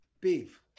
beef